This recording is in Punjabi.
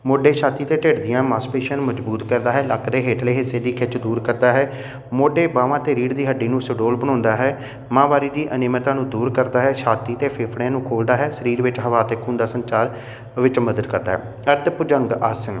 ਮੋਢੇ ਛਾਤੀ ਅਤੇ ਢਿੱਡ ਦੀਆਂ ਮਾਸਪੇਸ਼ੀਆਂ ਨੂੰ ਮਜ਼ਬੂਤ ਕਰਦਾ ਹੈ ਲੱਕ ਦੇ ਹੇਠਲੇ ਹਿੱਸੇ ਦੀ ਖਿੱਚ ਦੂਰ ਕਰਦਾ ਹੈ ਮੋਢੇ ਬਾਹਵਾਂ ਅਤੇ ਰੀੜ ਦੀ ਹੱਡੀ ਨੂੰ ਸੁਡੋਲ ਬਣਾਉਂਦਾ ਹੈ ਮਹਾਂਵਾਰੀ ਦੀ ਅਨਿਯਮਤਾ ਨੂੰ ਦੂਰ ਕਰਦਾ ਹੈ ਛਾਤੀ ਅਤੇ ਫੇਫੜਿਆਂ ਨੂੰ ਖੋਲ੍ਹਦਾ ਹੈ ਸਰੀਰ ਵਿੱਚ ਹਵਾ ਅਤੇ ਖੂਨ ਦਾ ਸੰਚਾਰ ਵਿੱਚ ਮਦਦ ਕਰਦਾ ਹੈ ਅਰਧ ਭੁਜੰਗ ਆਸਨ